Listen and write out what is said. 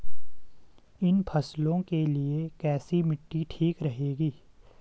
इन फसलों के लिए कैसी मिट्टी ठीक रहेगी?